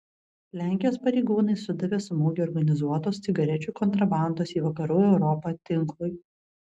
lenkijos pareigūnai sudavė smūgį organizuotos cigarečių kontrabandos į vakarų europą tinklui